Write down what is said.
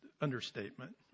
understatement